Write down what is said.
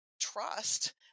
trust